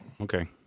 Okay